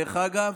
דרך אגב,